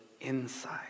inside